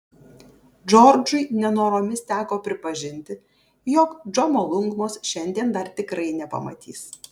džordžui nenoromis teko pripažinti jog džomolungmos šiandien dar tikrai nepamatys